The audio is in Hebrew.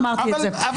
אבל אם אמרתי "מעאפן",